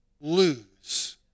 lose